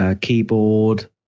keyboard